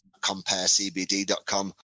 comparecbd.com